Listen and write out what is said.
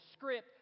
script